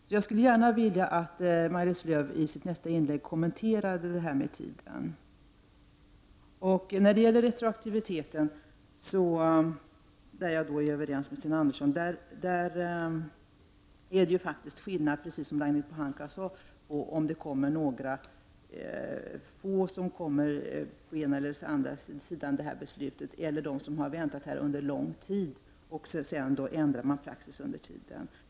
Så jag skulle gärna vilja att Maj-Lis Lööw i sitt nästa inlägg kommenterade det här med tiden. När det gäller retroaktiviteten är jag överens med Sten Andersson. Precis som Ragnhild Pohanka sade, är det skillnad mellan att det kommer några få på ena eller andra sidan om det här beslutet och om människor har väntat under lång tid och praxis ändras under tiden.